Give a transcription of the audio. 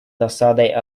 досадой